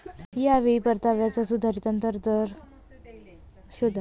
या वेळी परताव्याचा सुधारित अंतर्गत दर शोधा